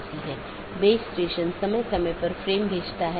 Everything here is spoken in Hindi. इसलिए जब ऐसी स्थिति का पता चलता है तो अधिसूचना संदेश पड़ोसी को भेज दिया जाता है